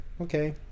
okay